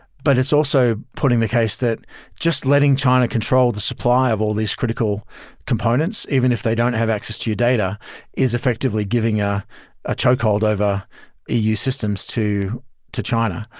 but it's also putting the case that just letting china control the supply of all these critical components, even if they don't have access to your data is effectively giving a a chokehold over eu systems to to china.